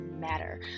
matter